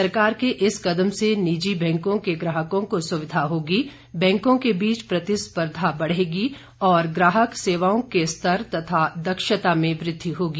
सरकार के इस कदम से निजी बैंकों के ग्राहकों को सुविधा होगी बैंकों के बीच प्रतिस्पर्धा बढ़ेगी और ग्राहक सेवाओं के स्तर तथा दक्षता में वृद्धि होगी